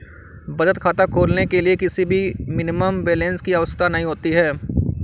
बचत खाता खोलने के लिए किसी भी मिनिमम बैलेंस की आवश्यकता नहीं होती है